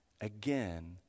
again